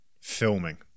filming